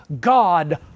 God